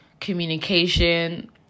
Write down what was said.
communication